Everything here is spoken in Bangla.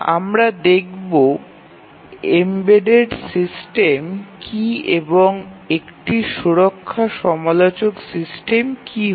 আমরা দেখবো এম্বেডেড সিস্টেম কি এবং একটি সুরক্ষা সমালোচক সিস্টেম কি হয়